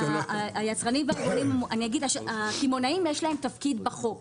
הקמעונאים יש להם תפקיד בחוק.